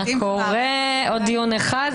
הוראות תחילה